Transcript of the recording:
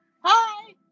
Hi